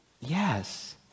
Yes